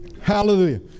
hallelujah